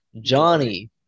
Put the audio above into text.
Johnny